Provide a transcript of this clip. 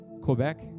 Quebec